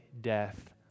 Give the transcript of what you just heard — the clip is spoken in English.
death